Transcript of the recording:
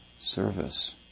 service